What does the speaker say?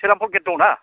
Shrirampur gate दंना